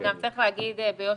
אבל גם צריך להגיד ביושר,